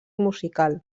musical